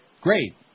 Great